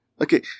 Okay